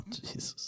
Jesus